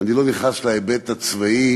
אני לא נכנס להיבט הצבאי